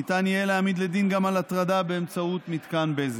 ניתן יהיה להעמיד לדין גם על הטרדה באמצעות מתקן בזק.